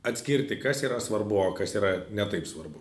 atskirti kas yra svarbu o kas yra ne taip svarbu